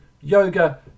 yoga